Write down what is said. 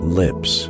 lips